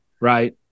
right